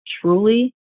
truly